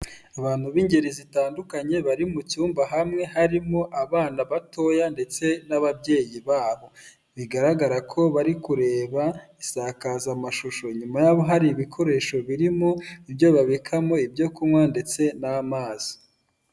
Abantu b'ingeri zitandukanye bari mu cyumba hamwe harimo abana batoya ndetse n'ababyeyi babo, bigaragara ko bari kureba isakazamashusho, inyuma yabo hari ibikoresho birimo ibyo babikamo ibyo kunywa ndetse n'amazi.